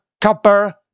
copper